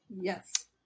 Yes